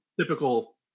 typical